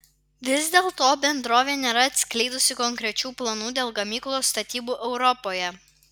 vis dėlto bendrovė nėra atskleidusi konkrečių planų dėl gamyklos statybų europoje